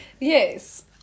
Yes